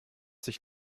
sich